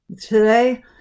today